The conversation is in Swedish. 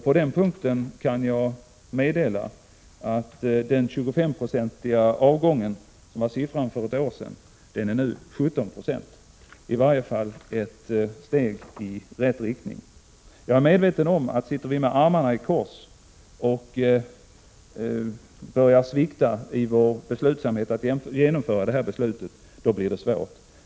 På den punkten kan jag meddela att avgången, som var 25 Yo enligt siffrorna för ett år sedan, nu är 17 Jo. Det är i varje fall ett steg i rätt riktning. Jag är medveten om att sitter vi med armarna i kors och börjar svikta i vår vilja att genomföra det här beslutet, då blir det svårt.